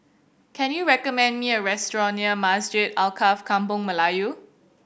can you recommend me a restaurant near Masjid Alkaff Kampung Melayu